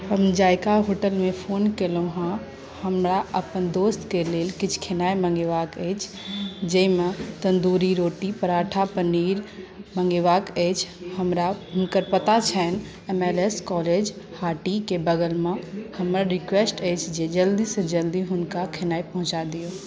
हम जायका होटलमे फ़ोन केलहुॅं हैॅं हमरा अपन दोस्तके लेल किछु खेनाइ मॅंगेबाक अछि जाहि मे तन्दूरी रोटी पराठा पनीर मॅंगेबाक अछि हमरा हुनकर पता छनि एमएलएस कॉलेज हाटीके बगल मे हमर रिक्वेस्ट अछि जे जल्दी सॅं जल्दी हुनका खेनाइ पहुँचा दियौ